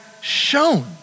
shown